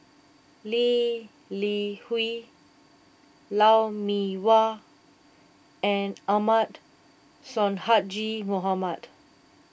Lee Li Hui Lou Mee Wah and Ahmad Sonhadji Mohamad